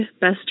best